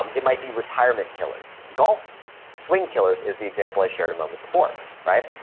um it might be retirement killers. golf swing killers is the example i shared a moment before, right?